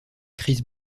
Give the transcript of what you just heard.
crise